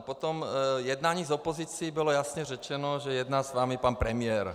Po tom jednání s opozicí bylo jasně řečeno, že jednal s vámi pan premiér.